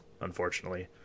unfortunately